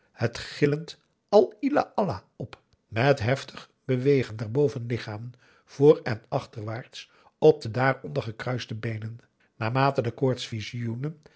het gillend al illah allah op met heftig bewegen der bovenlichamen voor en achterwaarts op de daaronder gekruiste beenen naarmate de